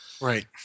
Right